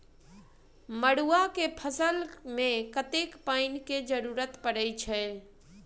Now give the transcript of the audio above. मड़ुआ केँ फसल मे कतेक पानि केँ जरूरत परै छैय?